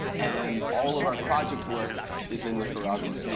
and all of our project work is in nicaragua.